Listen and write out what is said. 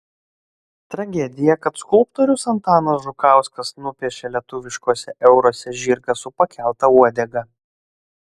tragedija kad skulptorius antanas žukauskas nupiešė lietuviškuose euruose žirgą su pakelta uodega